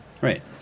Right